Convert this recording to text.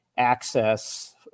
access